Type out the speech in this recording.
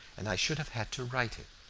and i should have had to write it.